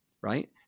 right